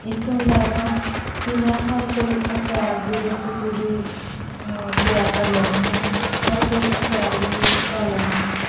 ਇਸ ਤੋਂ ਇਲਾਵਾ ਕਿ ਮੈਂ ਹਰ ਕੋਈ ਅਚਾਰ ਦੀ ਰੈਸਪੀ ਵੀ ਤਿਆਰ ਕਰ ਲੈਂਦੀ ਹਾਂ ਹਰ ਕੋਈ ਅਚਾਰ ਵੀ ਪਾ ਲੈਂਦੀ ਹਾਂ